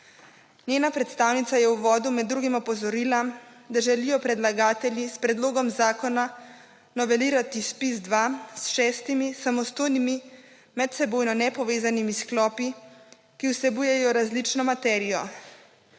Njena predstavnica je v uvodu med drugim opozorila, da želijo predlagatelji s predlogom zakona novelirati ZPIZ-2 s šestimi samostojnimi, medsebojno nepovezanimi sklopi, ki vsebujejo različno materijo.